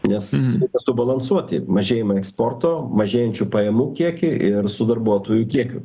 nes subalansuoti mažėjimą eksporto mažėjančių pajamų kiekį ir su darbuotojų kiekiu